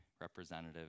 representative